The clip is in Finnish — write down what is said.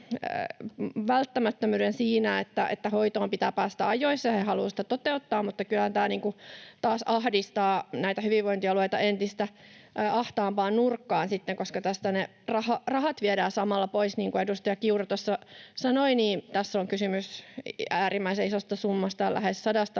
välttämättömyyden siinä, että hoitoon pitää päästä ajoissa, ja haluaa sitä toteuttaa, niin kyllä tämä taas ahdistaa näitä hyvinvointialueita entistä ahtaampaan nurkkaan sitten, koska tästä ne rahat viedään samalla pois. Niin kuin edustaja Kiuru tuossa sanoi, niin tässä on kysymys äärimmäisen isosta summasta, lähes sadan